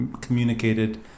communicated